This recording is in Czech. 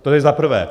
To je za prvé.